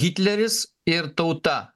hitleris ir tauta